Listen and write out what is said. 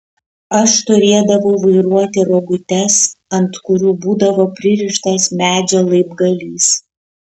aš turėdavau vairuoti rogutes ant kurių būdavo pririštas medžio laibgalys